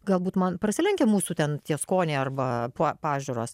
galbūt man prasilenkia mūsų ten tie skoniai arba pažiūros